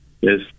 Yes